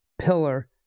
pillar